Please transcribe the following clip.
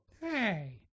Hey